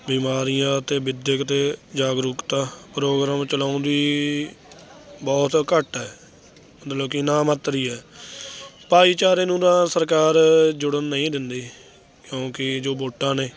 ਬਿਮਾਰੀਆਂ ਅਤੇ ਵਿੱਦਿਅਕ ਅਤੇ ਜਾਗਰੂਕਤਾ ਪ੍ਰੋਗਰਾਮ ਚਲਾਉਂਦੀ ਬਹੁਤ ਘੱਟ ਹੈ ਮਤਲਬ ਕਿ ਨਾ ਮਾਤਰ ਹੀ ਹੈ ਭਾਈਚਾਰੇ ਨੂੰ ਤਾਂ ਸਰਕਾਰ ਜੁੜਨ ਨਹੀਂ ਦਿੰਦੀ ਕਿਉਂਕਿ ਜੋ ਵੋਟਾਂ ਨੇ